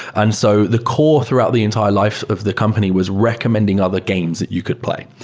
and so the core throughout the entire life of the company was recommending other games that you could play.